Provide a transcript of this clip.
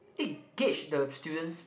it gauge the student's